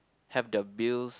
have the builds